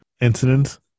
incidents